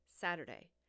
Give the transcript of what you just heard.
Saturday